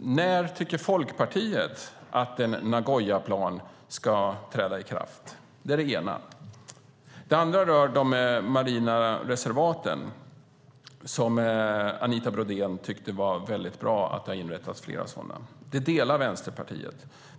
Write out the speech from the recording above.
När tycker ni i Folkpartiet att en Nagoyaplan ska träda i kraft? Det är det ena. Det andra rör de marina reservaten. Anita Brodén tycker att det är väldigt bra att flera sådana inrättats. Den uppfattningen delar vi i Vänsterpartiet.